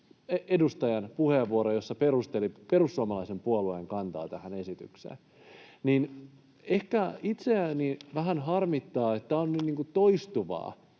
edustajan puheenvuoro, jossa perustelitte perussuomalaisen puolueen kantaa tähän esitykseen. Ehkä itseäni vähän harmittaa, että tämä on toistuvaa.